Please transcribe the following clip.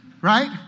Right